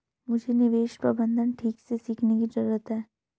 मुझे निवेश प्रबंधन ठीक से सीखने की जरूरत है